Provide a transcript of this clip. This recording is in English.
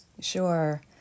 Sure